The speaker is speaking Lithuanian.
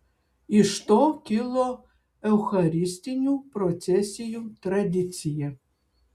iš to kilo eucharistinių procesijų tradicija